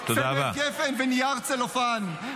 צמר גפן ונייר צלופן -- תודה רבה.